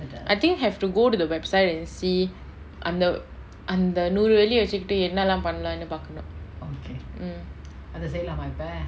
I think have to go to the website and see அந்த அந்த நூறு வெள்ளிய வச்சிக்கிட்டு என்னலா பன்னலானு பாக்கனு:antha antha nooru velliya vachikittu ennala pannalanu paakanu mm